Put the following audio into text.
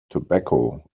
tobacco